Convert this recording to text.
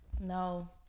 no